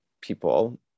people